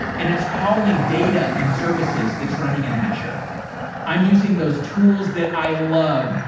and it's calling data and services that's running in azure i'm using those tools that i love,